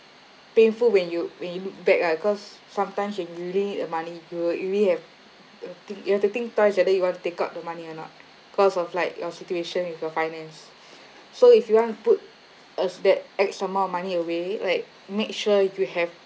painful when you when you look back ah cause sometimes when you really need the money you really have you think you have to think twice whether you want to take out the money or not cause of like your situation with your finance so if you want to put us that X amount of money away like make sure you have